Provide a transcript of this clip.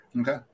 okay